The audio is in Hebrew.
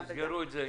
אז תסגרו את זה איתם.